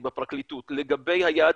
בפרקליטות לגבי היעד